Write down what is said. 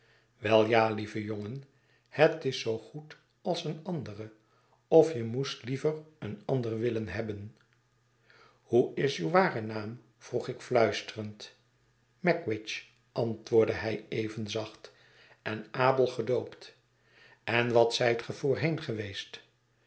wel ja lieve jongen hij is zoogoed als een andere of je moest liever een ander willen hebben hoe is uw ware naam vroeg ik fluisterend magwitch antwoordde hij even zacht en abel gedoopt en wat zijt ge voorheen geweest